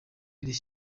rishya